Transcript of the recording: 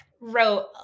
wrote